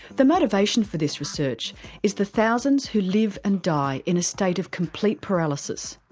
the motivation for this research is the thousands who live and die in a state of complete paralysis.